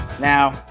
Now